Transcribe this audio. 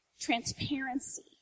transparency